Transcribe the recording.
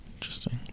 Interesting